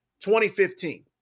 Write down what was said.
2015